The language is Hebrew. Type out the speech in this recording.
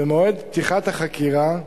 במועד פתיחת החקירה,